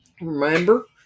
Remember